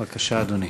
בבקשה, אדוני.